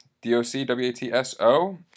D-O-C-W-A-T-S-O